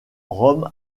rome